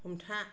हमथा